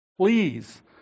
Please